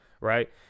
right